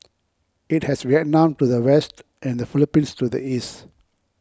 it has Vietnam to the west and the Philippines to the east